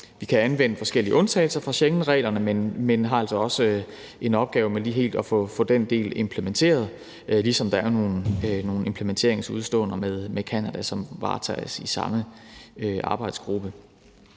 Vi kan anvende forskellige undtagelser fra Schengenreglerne, men vi har altså også en opgave med lige at få den del helt implementeret, ligesom der er nogle implementeringsudeståender med Canada, som varetages i samme arbejdsgruppe.